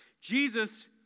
Jesus